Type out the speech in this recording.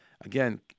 Again